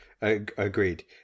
agreed